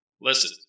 Listen